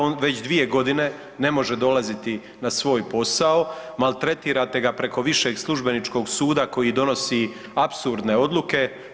On već dvije godine ne može dolaziti na svoj posao, maltretirate ga preko višeg službeničkog suda koji donosi apsurdne odluke.